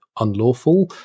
unlawful